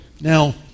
Now